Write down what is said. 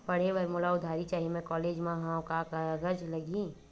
पढ़े बर मोला उधारी चाही मैं कॉलेज मा हव, का कागज लगही?